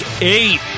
eight